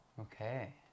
Okay